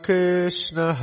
Krishna